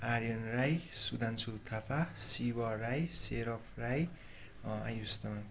Aryan Rai Sudanshu Thapa Shiv Rai Seraf Rai Ayush Tamang